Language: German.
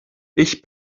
ich